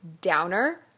downer